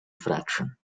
fraction